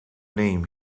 name